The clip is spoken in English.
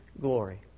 glory